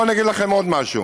בואו אני אגיד לכם עוד משהו: